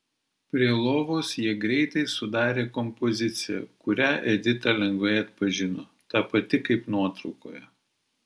prie lovos jie greitai sudarė kompoziciją kurią edita lengvai atpažino ta pati kaip nuotraukoje